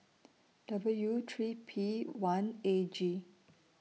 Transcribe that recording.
W three P one A G